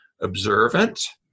observant